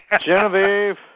Genevieve